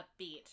upbeat